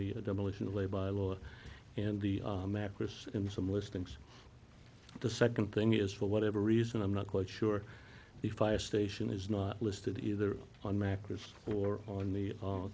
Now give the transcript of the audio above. the demolition of a by law and the mattress in some listings the second thing is for whatever reason i'm not quite sure the fire station is not listed either on macas or on the